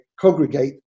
congregate